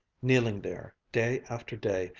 kneeling there, day after day,